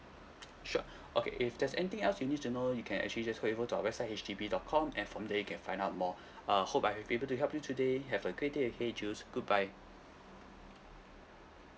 sure okay if there's anything else you need to know you can actually just go over to our website H D B dot com and from there you can find out more uh hope I've been able to help you today have a great day ahead jules goodbye